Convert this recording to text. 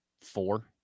four